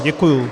Děkuji.